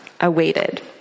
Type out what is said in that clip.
awaited